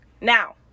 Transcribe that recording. Now